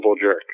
jerk